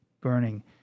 burning